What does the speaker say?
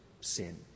sin